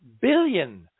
billion